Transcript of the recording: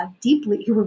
deeply